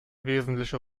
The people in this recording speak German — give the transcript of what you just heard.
wesentliche